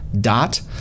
dot